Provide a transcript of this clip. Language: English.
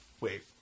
wait